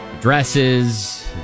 dresses